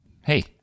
Hey